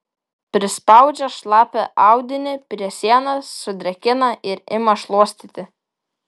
prispaudžia šlapią audinį prie sienos sudrėkina ir ima šluostyti